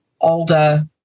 older